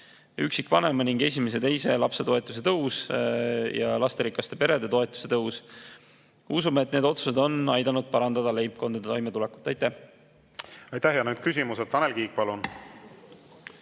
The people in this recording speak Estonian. üksikvanema ning esimese ja teise lapse toetuse tõus ja lasterikaste perede toetuse tõus. Me usume, et need otsused on aidanud parandada leibkondade toimetulekut. Aitäh! Aitäh! Ja nüüd küsimused. Tanel Kiik, palun!